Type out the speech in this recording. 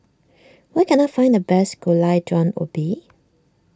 where can I find the best Gulai Daun Ubi